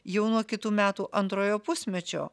jau nuo kitų metų antrojo pusmečio